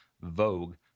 Vogue